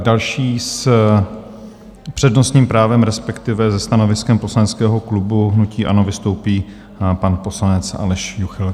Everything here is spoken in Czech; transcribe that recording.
Další s přednostním právem, respektive se stanoviskem Poslaneckého klubu hnutí ANO vystoupí pan poslanec Aleš Juchelka.